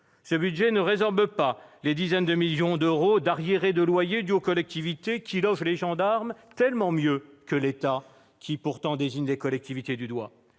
Ce budget ne résorbe pas les dizaines de millions d'euros d'arriérés de loyers dus aux collectivités, qui logent les gendarmes tellement mieux que l'État, lequel les montre pourtant du doigt.